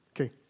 Okay